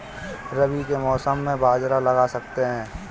रवि के मौसम में बाजरा लगा सकते हैं?